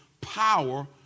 power